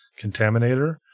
Contaminator